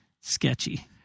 sketchy